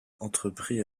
entreprit